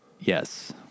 Yes